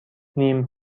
نیم